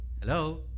Hello